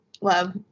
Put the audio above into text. love